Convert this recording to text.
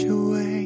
away